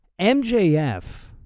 MJF